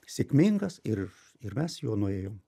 sėkmingas ir ir mes juo nuėjom